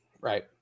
right